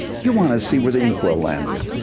you want to see where the inkwell landed.